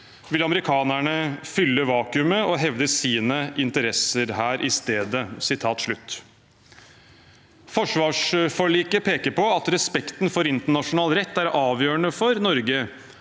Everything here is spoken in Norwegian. vil amerikanerne fylle vakuumet og hevde sine interesser her i stedet. Forsvarsforliket peker på at respekten for internasjonal rett er avgjørende for Norge,